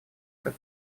как